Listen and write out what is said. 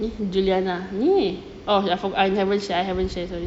ni juliana ni oh I forgot I haven't share I haven't share sorry